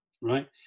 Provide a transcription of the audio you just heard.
Right